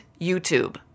YouTube